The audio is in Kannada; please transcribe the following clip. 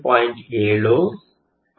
7 1